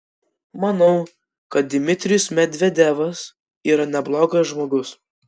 manau kad dmitrijus medvedevas yra neblogas žmogus